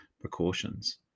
precautions